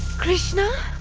krishna!